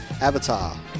Avatar